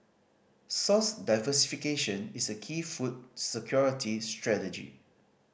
source diversification is a key food security strategy